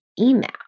email